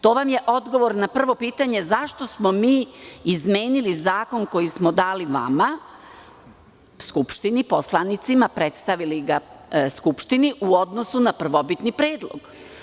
To vam je odgovor na prvo pitanje zašto smo mi izmenili zakon koji smo dali vama, Skupštini, poslanicima, predstavili ga Skupštini u odnosu na prvobitni predlog.